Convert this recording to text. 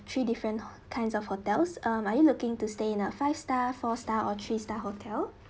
three different h~ kinds of hotels um are you looking to stay in a five star four star or three star hotel